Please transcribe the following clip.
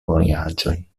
vojaĝoj